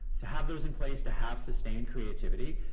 to have those in place to have sustained creativity.